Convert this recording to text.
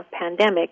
pandemic